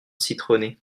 citronnée